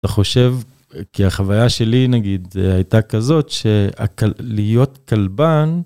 אתה חושב, כי החוויה שלי נגיד הייתה כזאת, שלהיות כלבן...